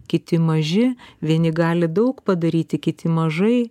kiti maži vieni gali daug padaryti kiti mažai